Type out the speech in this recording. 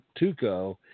Tuco